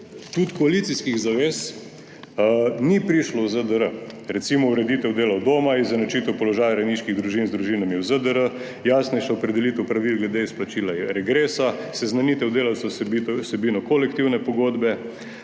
kup koalicijskih zavez ni prišlo v ZDR, recimo ureditev dela od doma, izenačitev položaja rejniških družin z družinami v ZDR, jasnejša opredelitev pravil glede izplačila regresa, seznanitev delavcev z vsebino kolektivne pogodbe,